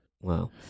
Wow